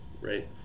right